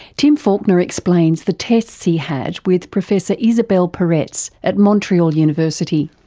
tim falconer explains the tests he had with professor isabelle peretz at montreal university.